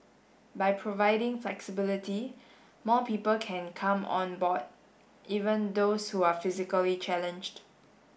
by providing flexibility more people can come on board even those who are physically challenged